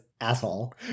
asshole